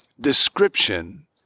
description